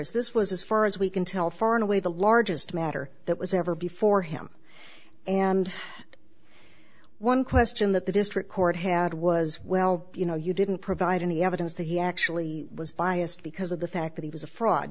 is this was as far as we can tell far and away the largest matter that was ever before him and one question that the district court had was well you know you didn't provide any evidence that he actually was biased because of the fact that he was a fraud